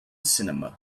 cinema